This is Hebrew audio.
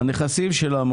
איזה נכסים יש שלהם?